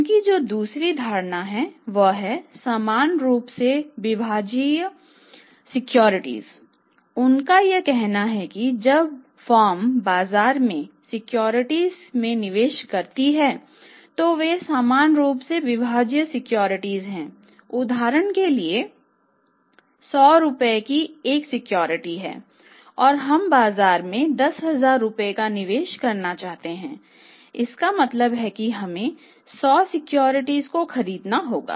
उनकी जो दूसरी धारणा है वह हैं समान रूप से विभाज्य सिक्योरिटीजको खरीदना होगा